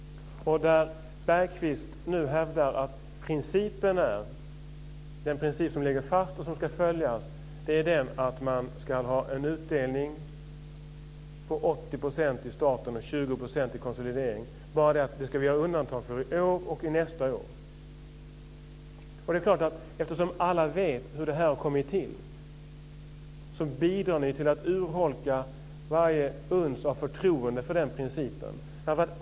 Bergqvist hävdar nu att den princip som ligger fast och som ska följas är att man ska ha en utdelning på 80 % till staten och 20 % till konsolidering. Det är bara det att detta ska vi göra undantag för i år och nästa år. Eftersom alla vet hur det här har kommit till, bidrar ni till att urholka varje uns av förtroende för den principen.